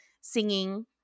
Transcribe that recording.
singing